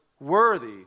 worthy